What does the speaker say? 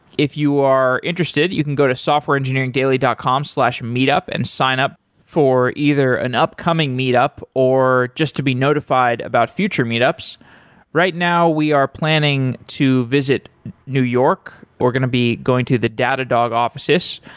if you are interested, you can go to softwareengineeringdaily dot com slash meetup and sign up for either an upcoming meetup, or just to be notified about future meetups right now, we are planning to visit new york. we're going to be going to the datadog offices.